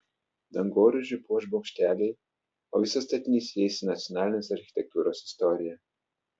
dangoraižį puoš bokšteliai o visas statinys įeis į nacionalinės architektūros istoriją